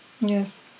Yes